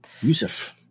yusuf